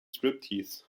striptease